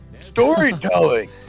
storytelling